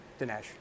Dinesh